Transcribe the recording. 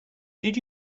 did